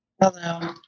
Hello